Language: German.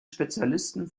spezialisten